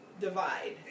divide